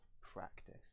practice